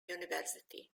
university